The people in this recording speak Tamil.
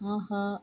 ஆஹா